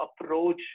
approach